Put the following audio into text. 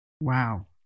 Wow